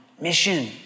mission